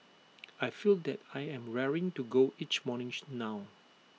I feel that I'm raring to go each morning now